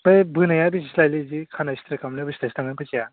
बै बोनाया बेसेसो लायो लै बिदि खानाय स्ट्रेट खालामनाया बेसेसो थाङो फैसाया